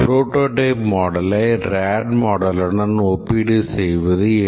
prototyping மாடலை rate மாடலுடன் ஒப்பீடு செய்வது எளிது